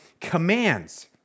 commands